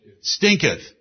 stinketh